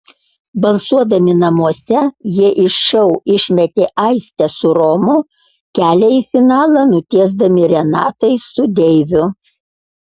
balsuodami namuose jie iš šou išmetė aistę su romu kelią į finalą nutiesdami renatai su deiviu